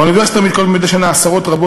באוניברסיטה מתקיימות מדי שנה עשרות רבות